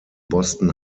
boston